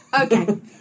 Okay